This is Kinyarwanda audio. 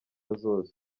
zose